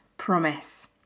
promise